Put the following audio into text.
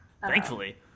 Thankfully